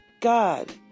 God